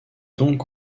donc